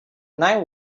night